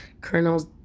colonels